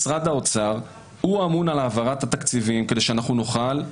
משרד האוצר הוא אמון על העברת התקציבים כדי שנוכל.